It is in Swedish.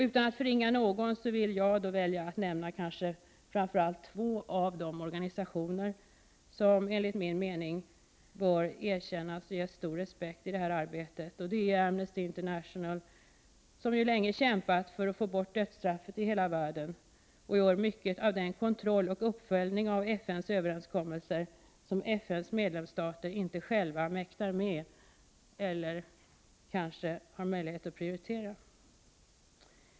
Utan att förringa någon vill jag nämna framför allt två av de organisationer som enligt min mening bör erkännas och ges stor respekt i detta arbete. Det är Amnesty International, som länge har kämpat för att få bort dödsstraffet i hela världen och gör mycket av den kontroll och uppföljning av FN:s överenskommelser som FN:s medlemsstater själva inte mäktar med eller har möjlighet att prioritera.